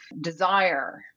desire